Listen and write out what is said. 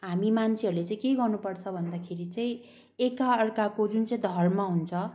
हामी मान्छेहरूले चाहिँ के गर्नुपर्छ भन्दाखेरि चाहिँ एकार्काको जुन चाहिँ धर्म हुन्छ